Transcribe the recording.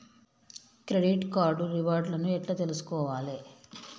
Credit card reward లను ఎట్ల తెలుసుకోవాలే?